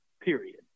Period